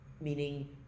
meaning